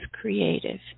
creative